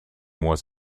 was